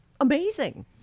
amazing